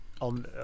on